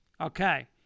Okay